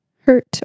hurt